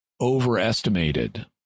overestimated